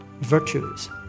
virtues